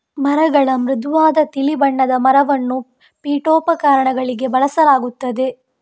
ಮರಗಳ ಮೃದುವಾದ ತಿಳಿ ಬಣ್ಣದ ಮರವನ್ನು ಪೀಠೋಪಕರಣಗಳಿಗೆ ಬಳಸಲಾಗುತ್ತದೆ